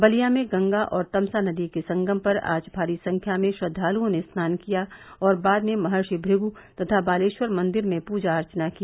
बलिया में गंगा और तमसा नदी के संगम पर आज भारी संख्या में श्रद्वालुओं ने स्नान किया और बाद में महर्षि भृगु तथा बालेखर मंदिर में पूजा अर्चना की